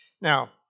Now